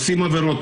הם עושים עבירות,